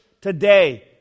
today